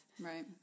right